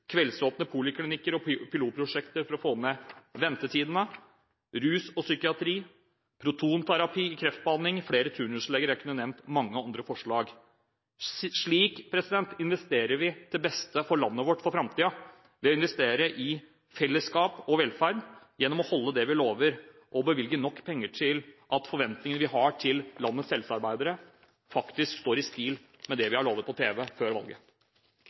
kveldsåpne poliklinikker og pilotprosjekter for å få ned ventetidene, rus og psykiatri, protonterapi i kreftbehandling, flere turnusleger – jeg kunne nevnt mange andre forslag. Slik investerer vi til det beste for landet vårt for framtiden, ved å investere i fellesskap og velferd, gjennom å holde det vi lover og bevilge nok penger til at forventningene vi har til landets helsearbeidere, faktisk står i stil med det vi har lovet på TV før valget.